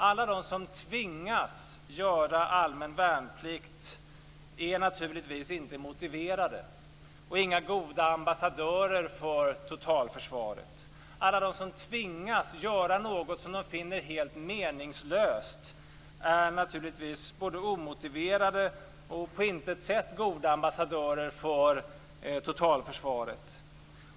Alla de som tvingas att göra allmän värnplikt är naturligtvis inte motiverade och inga goda ambassadörer för totalförsvaret. Alla de som tvingas göra något som de finner helt meningslöst är naturligtvis både omotiverade och på intet sätt goda ambassadörer för totalförsvaret.